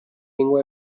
lingua